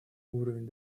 уровень